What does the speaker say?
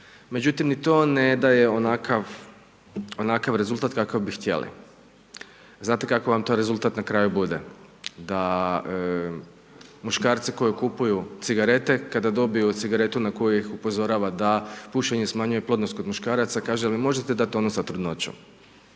Međutim, ni to ne daje onakav rezultat kakav bi htjeli, znate kakav rezultat na kraju bude. Da muškarci koji kupuju cigarete, kada dobiju cigarete na koji ih upozorava da pušenje smanjuje plodnost kod muškaraca, kaže možete dati onu za trudnoću.